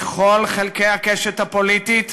מכל חלקי הקשת הפוליטית,